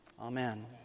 amen